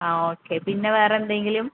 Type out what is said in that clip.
ആ ഓക്കേ പിന്നെ വേറെന്തെങ്കിലും